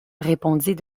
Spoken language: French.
répondit